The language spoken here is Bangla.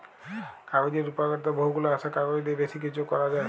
কাগজের উপকারিতা বহু গুলা আসে, কাগজ দিয়ে বেশি কিছু করা যায়